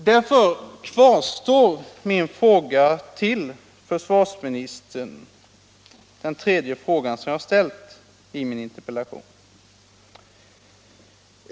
Därför kvarstår den tredje av de frågor som jag ställde till försvarsministern i min interpellation.